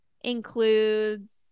includes